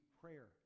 prayer